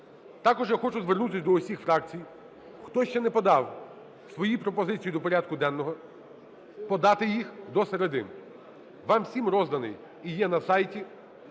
Також я хочу звернутися до усіх фракцій, хто ще не подав свої пропозиції до порядку денного, подати їх до середи. Вам всім розданий і є на сайті